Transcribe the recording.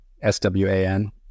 S-W-A-N